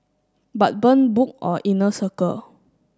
but burn book or inner circle